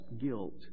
guilt